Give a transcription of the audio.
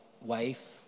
wife